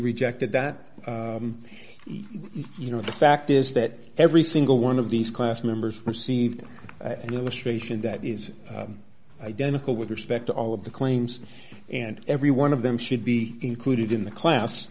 rejected that you know the fact is that every single one of these class members receive an illustration that is identical with respect to all of the claims and every one of them should be included in the class